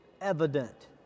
evident